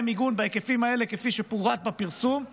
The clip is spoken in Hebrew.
מיגון בהיקפים האלה כפי שפורט בפרסום,